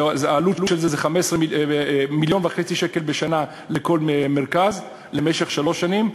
העלות של זה היא 1.5 מיליון שקל בשנה לכל מרכז למשך שלוש שנים,